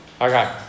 Okay